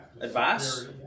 Advice